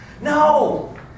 No